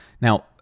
now